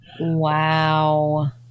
Wow